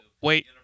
wait